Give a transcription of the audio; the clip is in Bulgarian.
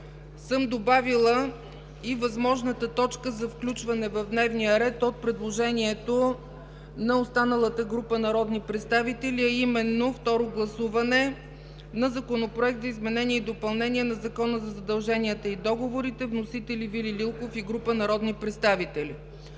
съм добавила и възможната точка за включване в дневния ред от предложението на останалата група народни представители, а именно: второ гласуване на Законопроекта за изменение и допълнение на Закона за задълженията и договорите с вносители Вили Лилков и група народни представители.